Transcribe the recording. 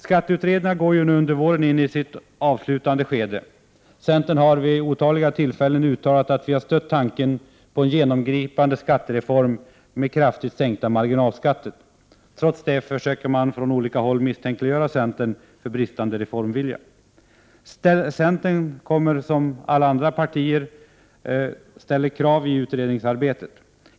Skatteutredningarna går under våren in i sitt avslutande skede. Centern har vid otaliga tillfällen uttalat att vi har stött tanken på en genomgripande skattereform med kraftigt sänkta marginalskatter. Trots detta försöker man från olika håll misstänkliggöra centern för bristande reformvilja. Centern ställer, som alla partier, krav i utredningsarbetet.